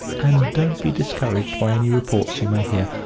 and don't be discouraged by any reports you may hear.